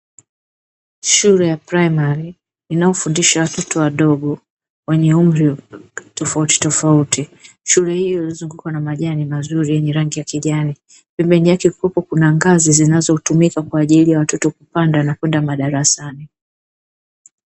Shule ya ¨primary¨ inayofundisha watoto wadogo wenye umri tofautitofauti shule hii imezungukwa na majani mazuri yenye rangi ya kijani pembeni yake kunangazi zinazotumika kwa ajili ya watoto kupanda na kwenda madarasani.